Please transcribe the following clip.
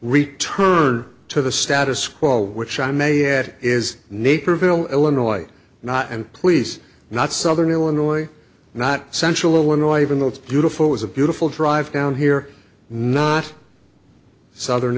return to the status quo which i may add is naperville illinois not and please not southern illinois not central illinois even though it's beautiful was a beautiful drive down here not southern